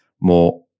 more